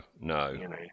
no